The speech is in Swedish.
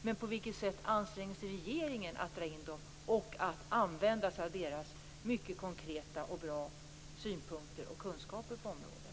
Men på vilket sätt anstränger sig regeringen att dra in dem och använda sig av deras mycket konkreta och bra synpunkter och kunskaper på området?